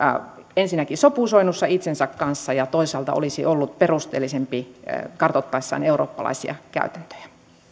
ensinnäkin sopusoinnussa itsensä kanssa ja toisaalta olisi ollut perusteellisempi kartoittaessaan eurooppalaisia käytäntöjä